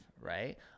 Right